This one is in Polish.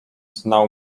znał